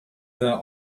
their